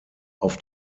auf